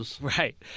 Right